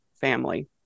family